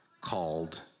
called